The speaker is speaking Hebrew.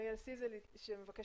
סיזל ביקש